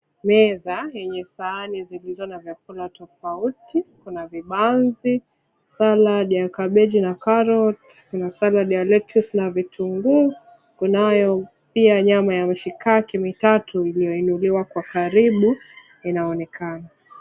Meza yenye sahani zilizo na vyakula tofauti, kuna vibanzi, salad ya kabeji na carrot , kuna salad ya lettuce na vitunguu, kunayo pia nyama ya mishikaki mitatu iliyoinuliwa kwa karibu inaonekana.